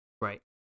Right